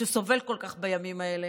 שסובל כל כך בימים האלה,